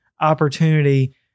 opportunity